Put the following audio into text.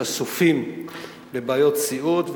חשופים לבעיות סיעוד,